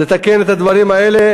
לתקן את הדברים האלה,